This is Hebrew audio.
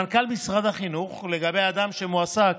למנכ"ל משרד החינוך, לגבי אדם שמועסק